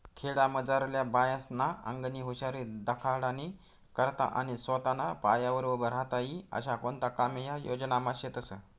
खेडामझारल्या बायास्ना आंगनी हुशारी दखाडानी करता आणि सोताना पायावर उभं राहता ई आशा कोणता कामे या योजनामा शेतस